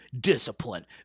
discipline